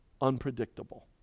unpredictable